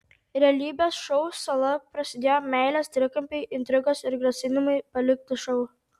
realybės šou sala prasidėjo meilės trikampiai intrigos ir grasinimai palikti šou